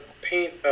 paint